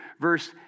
verse